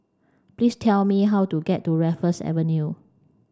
please tell me how to get to Raffles Avenue